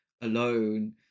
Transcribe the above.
alone